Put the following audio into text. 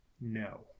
No